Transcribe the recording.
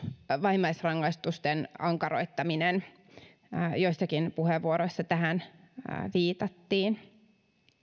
vähimmäisrangaistusten ankaroittaminen joissakin puheenvuoroissa tähän viitattiin